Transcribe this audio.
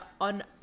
on